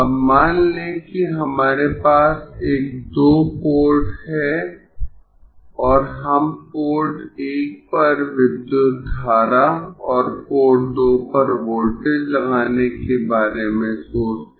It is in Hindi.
अब मान लें कि हमारे पास एक दो पोर्ट है और हम पोर्ट 1 पर विद्युत धारा और पोर्ट 2 पर वोल्टेज लगाने के बारे में सोचते है